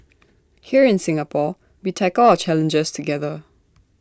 here in Singapore we tackle our challenges together